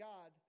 God